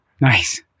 Nice